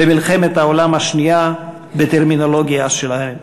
במלחמת העולם השנייה בטרמינולוגיה שלהם.